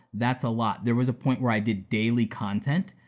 that's a lot. there was a point where i did daily content.